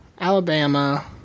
Alabama